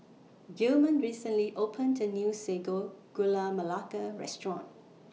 Gilman recently opened A New Sago Gula Melaka Restaurant